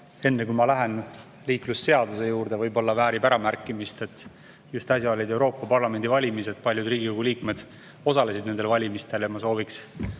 Enne kui ma lähen liiklusseaduse juurde, võib-olla väärib äramärkimist, et just äsja olid Euroopa Parlamendi valimised ja paljud Riigikogu liikmed osalesid nendel valimistel. Ma soovin